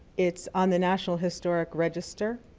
it's on the national historic register,